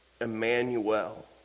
Emmanuel